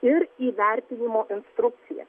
ir į vertinimo instrukciją